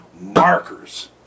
markers